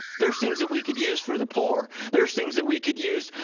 there's things that we could use for the poor, there's things that we could use,